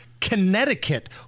Connecticut